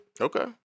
Okay